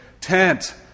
tent